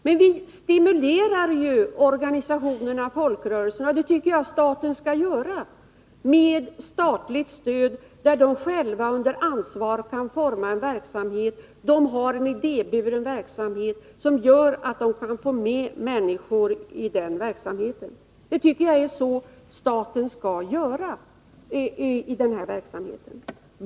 Staten stimulerar organisationer och folkrörelser genom att ge stöd till deras verksamhet, och det tycker jag att staten skall göra. Det handlar ju här om idéburna rörelser som kan få människor med i sin verksamhet.